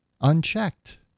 Unchecked